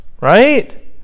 Right